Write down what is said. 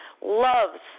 loves